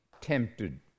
tempted